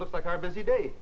looks like our busy day